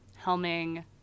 helming